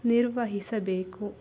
ನಿರ್ವಹಿಸಬೇಕು